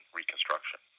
reconstruction